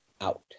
out